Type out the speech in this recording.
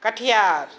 Katihar